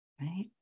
Right